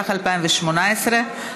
התשע"ח 2018,